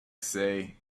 say